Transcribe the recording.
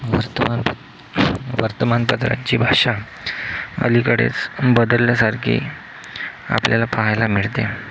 वर्तमानपत्र वर्तमानपत्रांची भाषा अलीकडेच बदलल्यासारखी आपल्याला पाहायला मिळते